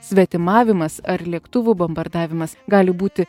svetimavimas ar lėktuvų bombardavimas gali būti